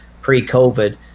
pre-COVID